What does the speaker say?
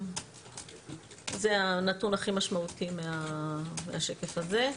זה הנתון הכי משמעותי מהשקף הזה.